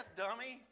dummy